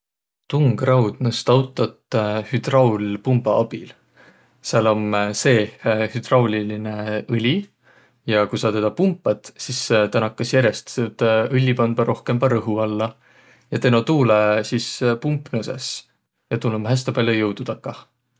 Tungraud nõst autot hüdraulpumba abil. Sääl om seeh hüdraulilinõ õli ja ku saq tedä pumpat, sis tä nakkas järest tuud õlli pandma rohkõmba rõhu alla. Ja teno tuulõ sis pump nõsõs ja tuul om häste pall'o jõudu takah.